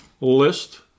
list